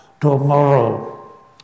tomorrow